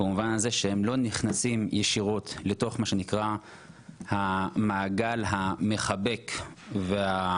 במובן הזה שהם לא נכנסים ישירות לתוך מה שנקרא המעגל המחבק והקולט,